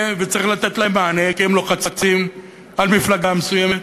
וצריך לתת להם מענה כי הם לוחצים על מפלגה מסוימת,